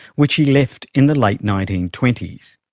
which he left in the late nineteen twenty s.